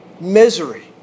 misery